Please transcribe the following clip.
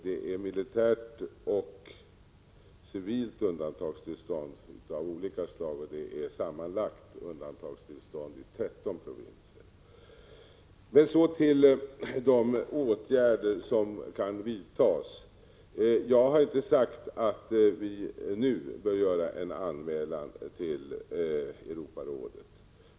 Det är militärt och civilt undantagstillstånd av olika slag, och det är undantagstillstånd i sammanlagt 13 provinser. När det gäller de åtgärder som kan vidtas har jag inte sagt att Sverige nu bör göra en anmälan till Europarådet.